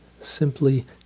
Simply